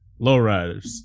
lowriders